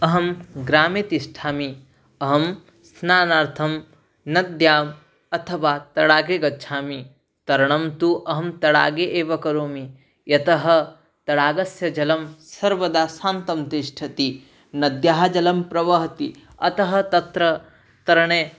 अहं ग्रामे तिष्ठामि अहं स्नानार्थं नद्याम् अथवा तडागे गच्छामि तरणं तु अहं तडागे एव करोमि यतः तडागस्य जलं सर्वदा शान्तं तिष्ठति नद्यः जलं प्रवहति अतः तत्र तरणे